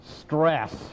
stress